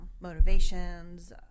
motivations